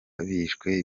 bishwe